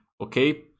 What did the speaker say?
okay